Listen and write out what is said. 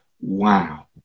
wow